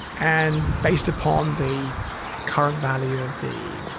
and based upon the current value of the